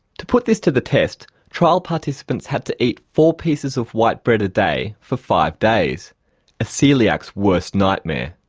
to put this to the test trial participants had to eat four pieces of white bread a day for five days a coeliac's worst nightmare.